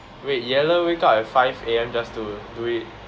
wait yaller wake up at five A_M just to do it